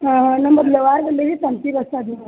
ಹಾಂ ನಮ್ಮ ಬದ್ಲು ವಾರದಲ್ಲಿ ಸಂತೆ